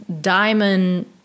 diamond